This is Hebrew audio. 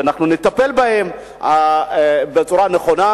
ונטפל בהם בצורה נכונה,